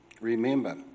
remember